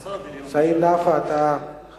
חבר הכנסת סעיד נפאע, אתה אחריו,